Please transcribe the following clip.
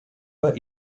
were